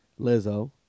Lizzo